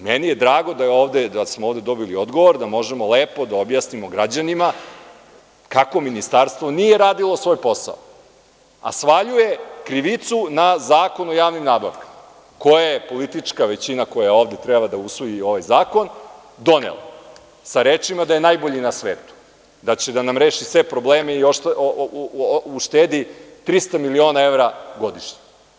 Meni je drago da smo dobili odgovor, da možemo lepo da objasnimo građanima kako ministarstvo nije radilo svoj posao, a svaljuje krivicu na Zakon o javnim nabavkama, koji je politička većina, koja je htela da usvoji ovaj zakon, donela, sa rečima da je najbolji na svetu, da će da nam reši sve probleme i uštedi 300 miliona evra godišnje.